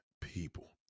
people